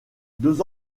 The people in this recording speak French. deux